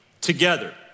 together